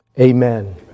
Amen